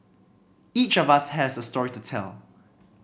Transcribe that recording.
each of us has a story to tell